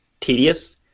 tedious